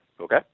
Okay